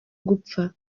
gupfa